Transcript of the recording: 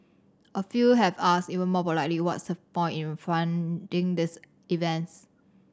a few have asked even more pointedly what's the point in funding these events